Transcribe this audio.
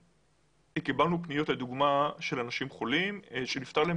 קיבלנו לדוגמה פניות של אנשים חולים שנפטר להם